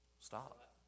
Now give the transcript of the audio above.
Stop